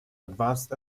advanced